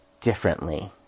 differently